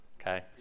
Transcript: Okay